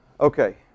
Okay